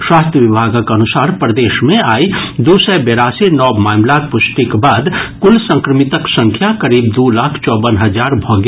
स्वास्थ्य विभागक अनुसार प्रदेश मे आइ दू सय बेरासी नव मामिलाक पुष्टिक बाद कुल संक्रमितक संख्या करीब दू लाख चौवन हजार भऽ गेल